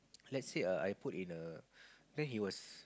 let's say (err)I put in err then he was